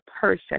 person